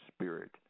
spirit